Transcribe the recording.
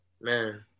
Man